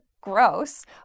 gross